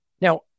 Now